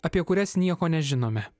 apie kurias nieko nežinome